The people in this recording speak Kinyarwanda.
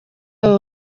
abo